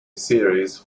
series